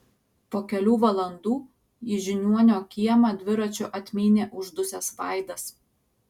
po kelių valandų į žiniuonio kiemą dviračiu atmynė uždusęs vaidas